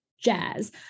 jazz